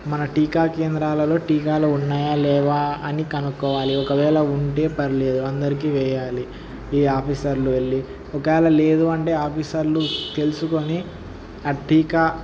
మన టీకా కేంద్రాలలో టీకాలు ఉన్నాయా లేవా అని కనుక్కోవాలి ఒకవేళ ఉంటే పర్వాలేదు అందరికీ వెయ్యాలి ఈ ఆఫీసర్లు వెళ్ళి ఒకవేళ లేదు అంటే ఆఫీసర్లు తెలుసుకుని ఆ టీకా